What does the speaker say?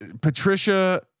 Patricia